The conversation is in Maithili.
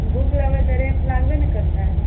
बूक लेबै तऽ रेट लागबे ने करतै